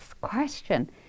question